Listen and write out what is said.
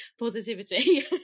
positivity